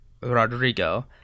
Rodrigo